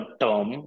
term